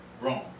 Wrong